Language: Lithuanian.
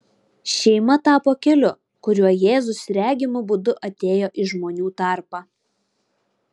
šeima tapo keliu kuriuo jėzus regimu būdu atėjo į žmonių tarpą